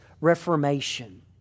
reformation